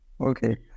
Okay